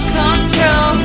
control